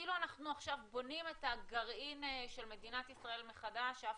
כאילו אנחנו עכשיו בונים את הגרעין של מדינת ישראל מחדש ושאף